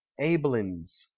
Abelins